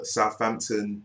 Southampton